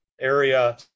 area